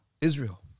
Israel